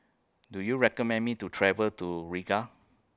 Do YOU recommend Me to travel to Riga